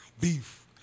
Beef